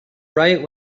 right